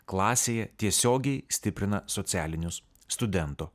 klasėje tiesiogiai stiprina socialinius studento